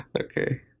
Okay